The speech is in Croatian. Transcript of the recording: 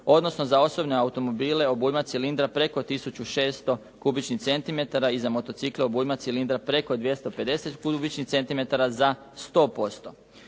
odnosno za osobne automobile obujma cilindra preko 1600 kubičnih cm i za motocikle obujma cilindra preko 250 kubičnih cm za 100%.